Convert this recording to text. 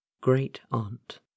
great-aunt